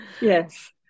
Yes